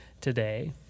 today